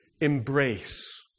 embrace